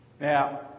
Now